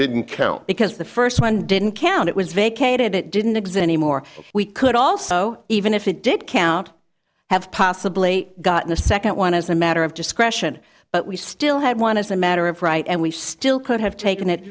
didn't count because the first one didn't count it was vacated it didn't exist anymore we could also even if it didn't count have possibly gotten a second one as a matter of discretion but we still had one is a matter of right and we still could have taken